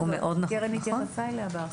קרן התייחסה אליה בהרחבה.